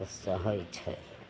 तऽ कहय छै